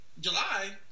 July